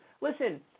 listen